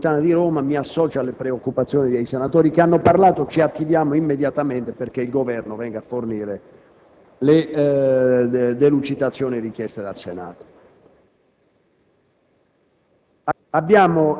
alla metropolitana di Roma, mi associo alle preoccupazioni dei senatori intervenuti. Ci attiveremo immediatamente affinché il Governo venga a fornire le delucidazioni richieste dal Senato.